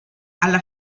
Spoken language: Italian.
alla